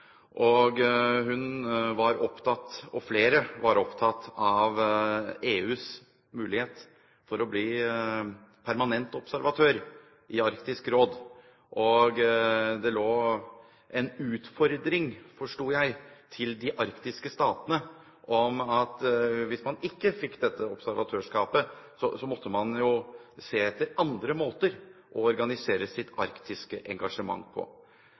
og hun – og flere – var opptatt av EUs mulighet til å bli permanent observatør i Arktisk Råd. Det lå en utfordring, forsto jeg, til de arktiske statene om at hvis man ikke fikk dette observatørskapet, måtte man se etter andre måter å organisere sitt arktiske engasjement på.